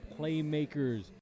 playmakers